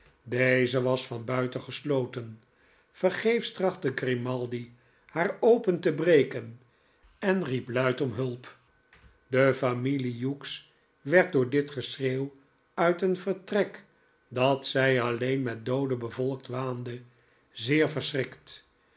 deze was van buiten gesloten vergeefs trachtte grimaldi haar open te breken en riep luid om hulp de familie hughes werd door dit geschreeuw uit een vertrek dat zi alleen met dooden bevolkt waande zeer verschrikt